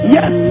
Yes